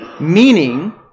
Meaning